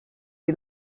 die